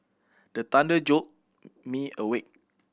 the thunder jolt me awake